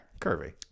Curvy